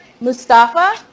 Mustafa